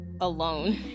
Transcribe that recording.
alone